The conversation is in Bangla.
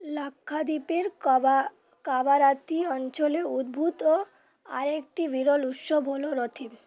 লাক্ষাদ্বীপের কবা কাবারাতি অঞ্চলে উদ্ভুত ও আরেকটি বিরল উৎসব হলো রথিন